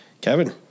Kevin